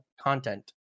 content